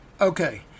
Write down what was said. Okay